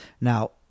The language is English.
Now